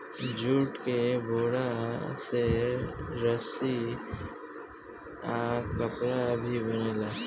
jute के बोरा से रस्सी आ कपड़ा भी बनेला